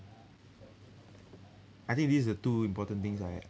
I think this is the two important things I